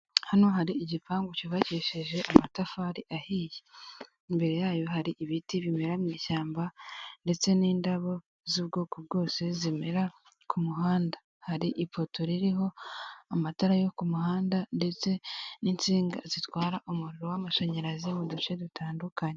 Hana hari igipangu cyubakishije amtafari ahiye , imbere yayo hari ibiti bimera mu ishamba ndetse n'indabo z'ubwoko bwose zimera ku muhanda, hari ipoto ririho amatara yo ku muhanda ndetse n'insinga z'amashinyarazi zitwara umuriro mu duce dutandukanye.